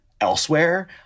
elsewhere